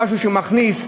במשהו שמכניס,